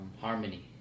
Harmony